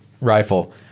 rifle